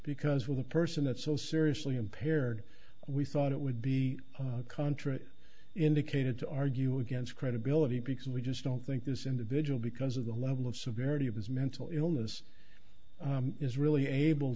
because with a person that's so seriously impaired we thought it would be contra indicated to argue against credibility because we just don't think this individual because of the level of severity of his mental illness is really able